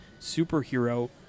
superhero